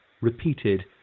repeated